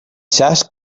saps